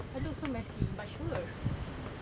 I look so messy but sure